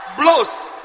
Blows